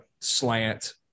slant